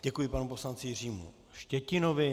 Děkuji panu poslanci Jiřímu Štětinovi.